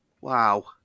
Wow